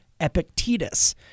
Epictetus